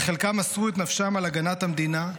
וחלקם מסרו את נפשם על הגנת המדינה,